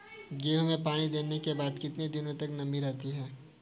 गेहूँ में पानी देने के बाद कितने दिनो तक नमी रहती है?